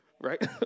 right